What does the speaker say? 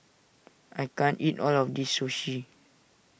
I can't eat all of this Sushi